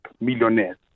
millionaires